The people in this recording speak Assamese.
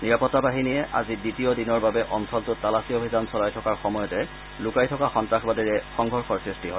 নিৰাপত্তা বাহিনীয়ে আজি দ্বিতীয় দিনৰ বাবে অঞ্চলটোত তালাচী অভিযান চলাই থকাৰ সময়তে লুকাই থকা সন্নাসবাদীৰে সংঘৰ্ষৰ সৃষ্টি হয়